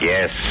Yes